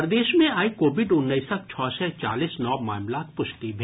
प्रदेश मे आइ कोविड उन्नैसक छओ सय चालीस नव मामिलाक पुष्टि भेल